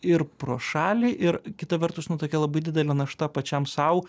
ir pro šalį ir kita vertus nu tokia labai didelė našta pačiam sau